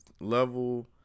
level